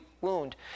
wound